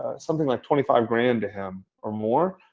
something like twenty five grand to him or more.